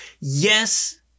Yes